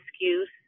excuse